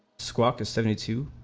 school to seventy two